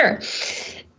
Sure